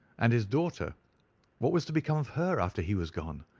and his daughter what was to become of her after he was gone?